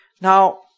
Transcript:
Now